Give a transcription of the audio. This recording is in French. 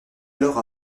alors